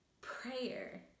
prayer